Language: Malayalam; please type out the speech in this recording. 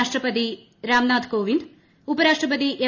രാഷ്ട്രപതി രാംനാഥ് കോവിന്ദും ഉപരാഷ്ട്രപതി എം